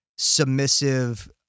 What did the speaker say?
submissive